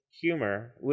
humor